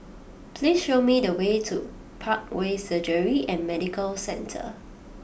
please show me the way to Parkway Surgery and Medical Centre